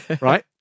right